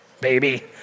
baby